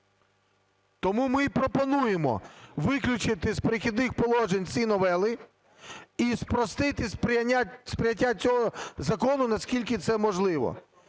Тому ми і пропонуємо виключити з "Перехідних положень" ці новели і спростити сприйняття цього закону, наскільки це можливо.